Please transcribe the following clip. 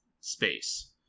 space